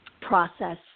process